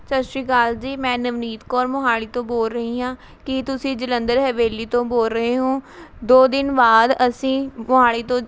ਸਤਿ ਸ਼੍ਰੀ ਅਕਾਲ ਜੀ ਮੈਂ ਨਵਨੀਤ ਕੌਰ ਮੋਹਾਲੀ ਤੋਂ ਬੋਲ ਰਹੀ ਹਾਂ ਕੀ ਤੁਸੀਂ ਜਲੰਧਰ ਹਵੇਲੀ ਤੋਂ ਬੋਲ ਰਹੇ ਹੋ ਦੋ ਦਿਨ ਬਾਅਦ ਅਸੀਂ ਮੋਹਾਲੀ ਤੋਂ